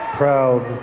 proud